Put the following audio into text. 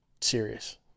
serious